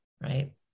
right